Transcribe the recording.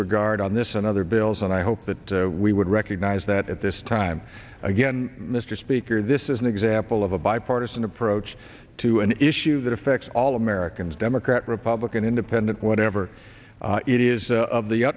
regard on this and other bills and i hope that we would recognize that at this time again mr speaker this is an example of a bipartisan approach to an issue that affects all americans democrat republican independent whatever it is of the